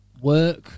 work